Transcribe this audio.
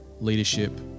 leadership